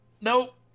Nope